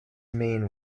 main